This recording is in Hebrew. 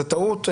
זו טעות.